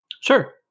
Sure